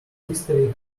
history